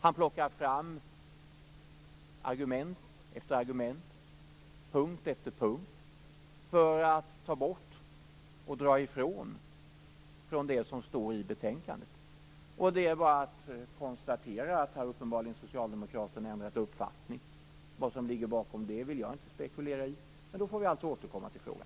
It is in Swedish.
Han plockar fram argument efter argument, punkt efter punkt, för att ta bort och dra ifrån från det som står i betänkandet. Det är bara att konstatera att Socialdemokraterna uppenbarligen har ändrat uppfattning. Vad som ligger bakom det vill jag inte spekulera i, men vi får alltså återkomma till frågan.